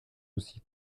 aussi